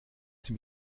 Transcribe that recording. sie